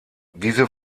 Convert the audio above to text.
diese